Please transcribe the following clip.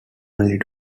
only